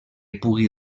pugui